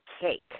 cake